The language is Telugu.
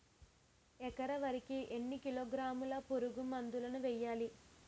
ఎకర వరి కి ఎన్ని కిలోగ్రాముల పురుగు మందులను వేయాలి?